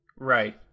Right